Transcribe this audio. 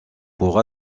pour